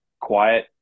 quiet